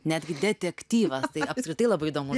netgi detektyvas tai apskritai labai įdomu